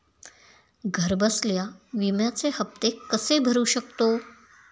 घरबसल्या विम्याचे हफ्ते कसे भरू शकतो?